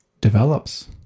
develops